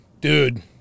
Dude